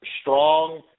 strong